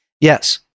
Yes